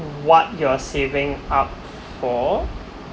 what you are saving up for